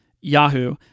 Yahoo